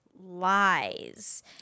Lies